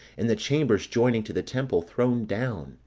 and the chambers joining to the temple thrown down.